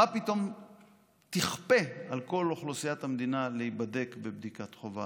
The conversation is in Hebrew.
מה פתאום תכפה על כל אוכלוסיית המדינה להיבדק בבדיקת חובה?